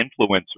influencers